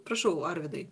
prašau arvydai